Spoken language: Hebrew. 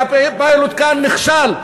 והפיילוט כאן נכשל.